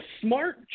smart